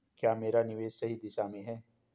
क्या मेरा निवेश सही दिशा में है?